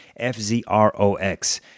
FZROX